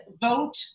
vote